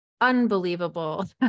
unbelievable